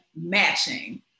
matching